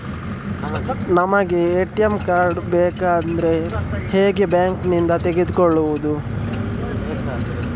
ನಮಗೆ ATM card ಬೇಕಾದ್ರೆ ಹೇಗೆ ಬ್ಯಾಂಕ್ ನಿಂದ ತೆಗೆದುಕೊಳ್ಳುವುದು?